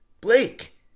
Blake